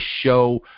show